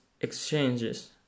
exchanges